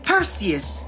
Perseus